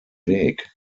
weg